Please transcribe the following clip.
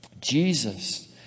Jesus